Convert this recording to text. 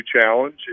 challenge